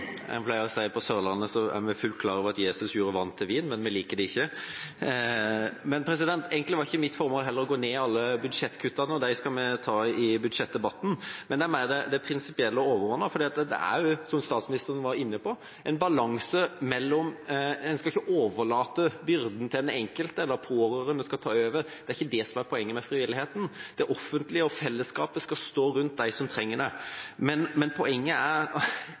Jeg pleier å si at på Sørlandet er vi fullt klar over at Jesus gjorde vann til vin, men vi liker det ikke! Egentlig var heller ikke mitt formål å gå ned i alle budsjettkuttene, dem skal vi ta i budsjettdebatten. Men det er mer det prinsipielle og overordnede, for det er, som statsministeren var inne på, en balanse her. En skal ikke overlate byrden til den enkelte, at den pårørende skal ta over, det er ikke det som er poenget med frivilligheten. Det offentlige og fellesskapet skal stå rundt dem som trenger det. Poenget er